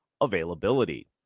availability